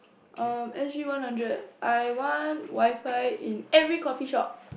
um S G one hundred I want WiFi in every coffee shop